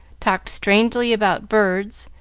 talked strangely about birds,